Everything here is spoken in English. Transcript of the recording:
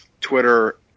Twitter